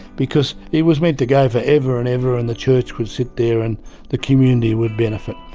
because it was meant to go forever and ever and the church would sit there and the community would benefit.